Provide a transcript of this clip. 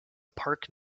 park